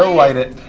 so light it.